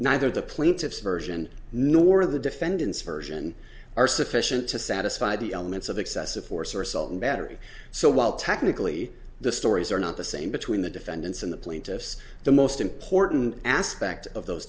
neither the plaintiff's version nor the defendant's version are sufficient to satisfy the elements of excessive force or assault and battery so while technically the stories are not the same between the defendants and the plaintiffs the most important aspect of those